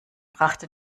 brachte